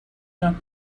you